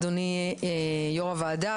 אדוני יו"ר הוועדה,